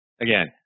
again